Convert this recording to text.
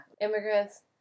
immigrants